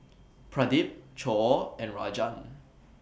Pradip Choor and Rajan